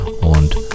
und